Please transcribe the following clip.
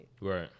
Right